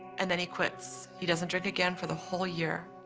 and then he quits. he doesn't drink again for the whole year.